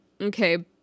okay